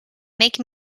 make